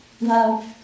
love